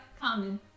common